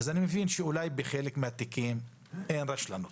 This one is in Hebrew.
אני מבין שאולי בחלק מן התיקים אין רשלנות